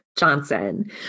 Johnson